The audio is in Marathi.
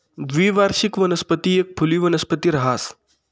द्विवार्षिक वनस्पती एक फुली वनस्पती रहास